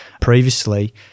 previously